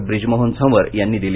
ब्रिजमोहन झंवर यांनी दिली